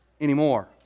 anymore